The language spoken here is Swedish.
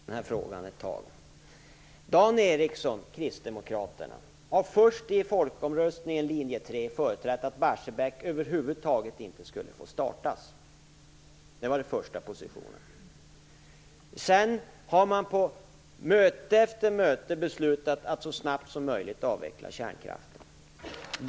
Herr talman! Jag vill gärna bita mig fast vid den här frågan ett tag. Dan Ericsson och Kristdemokraterna har först i folkomröstningens linje 3 företrätt att Barsebäck över huvud taget inte skulle få startas. Det var den första positionen. Sedan har man på möte efter möte beslutat att så snabbt som möjligt avveckla kärnkraften.